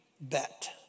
bet